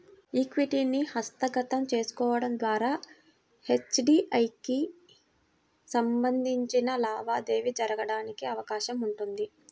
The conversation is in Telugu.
ఈక్విటీని హస్తగతం చేసుకోవడం ద్వారా ఎఫ్డీఐకి సంబంధించిన లావాదేవీ జరగడానికి అవకాశం ఉంటుంది